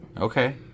Okay